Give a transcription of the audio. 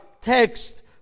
text